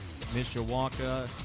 Mishawaka